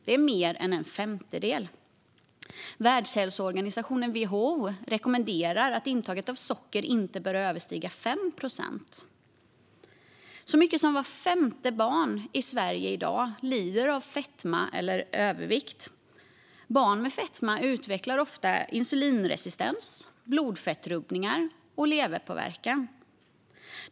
Det är mer än en femtedel. Världshälsoorganisationen WHO rekommenderar att intaget av socker inte ska överstiga 5 procent. Så många som vart femte barn i Sverige i dag lider av övervikt eller fetma. Barn med fetma utvecklar ofta insulinresistens, blodfettsrubbningar och leverpåverkan.